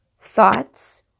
thoughts